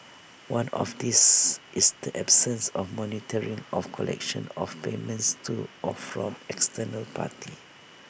one of these is the absence of monitoring of collection of payments to or from external parties